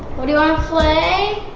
what do you want to play?